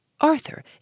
Arthur